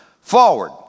forward